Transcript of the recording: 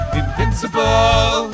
invincible